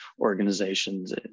organizations